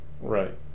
Right